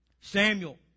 Samuel